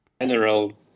general